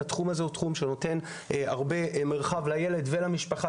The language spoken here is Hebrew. התחום הזה נותן הרבה מרחב לילד ולמשפחה,